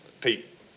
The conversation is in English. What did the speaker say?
Pete